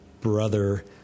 brother